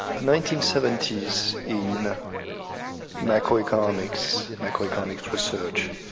nineteen seventy s in macroeconomics macroeconomics research